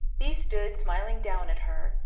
he stood smiling down at her,